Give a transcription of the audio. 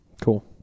Cool